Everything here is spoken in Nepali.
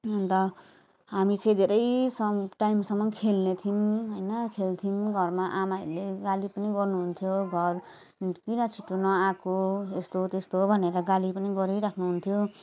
अन्त हामी चाहिँ सम टाइमसम्म खेल्ने थियौँ होइन खेल्थ्यौँ घरमा आमाहरूले गाली पनि गर्नुहुन्थ्यो घर किन छिटो नआएको यस्तो त्यस्तो भनेर गाली पनि गरिरहनु हुन्थ्यो